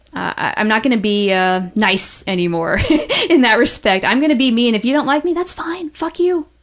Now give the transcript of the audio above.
i'm not going to be ah nice anymore in that respect. i'm going to be me, and if you don't like me, that's fine, fuck you.